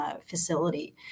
facility